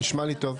נשמע לי טוב.